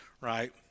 right